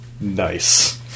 nice